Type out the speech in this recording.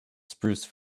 spruce